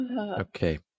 Okay